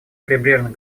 прибрежных